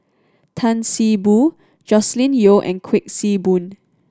Tan See Boo Joscelin Yeo and Kuik Swee Boon